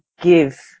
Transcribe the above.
give